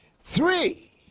Three